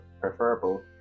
preferable